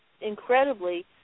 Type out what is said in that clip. incredibly